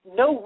no